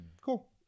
cool